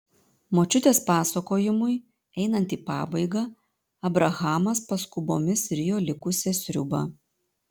močiutės pasakojimui einant į pabaigą abrahamas paskubomis rijo likusią sriubą